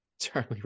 Charlie